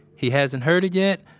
he hasn't heard it yet,